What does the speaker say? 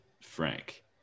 Frank